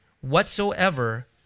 whatsoever